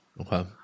Okay